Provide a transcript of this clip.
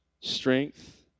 strength